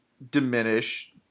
diminish